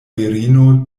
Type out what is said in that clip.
virino